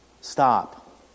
stop